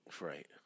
Right